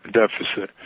deficit